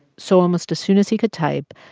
so almost as soon as he could type,